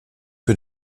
für